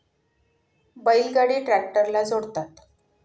बैल गाडी ट्रॅक्टरला जोडतात